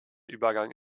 übergang